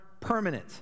permanent